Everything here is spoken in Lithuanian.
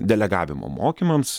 delegavimo mokymams